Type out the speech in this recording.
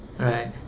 right